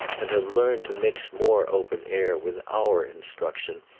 and have learned to mix more open air with our instruction,